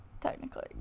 Technically